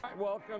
Welcome